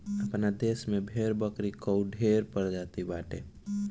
आपन देस में भेड़ बकरी कअ ढेर प्रजाति बाटे